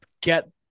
get